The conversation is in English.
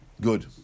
Good